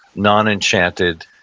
non-enchanted,